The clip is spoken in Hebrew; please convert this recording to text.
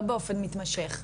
לא באופן מתמשך.